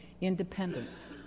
independence